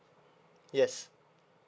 yes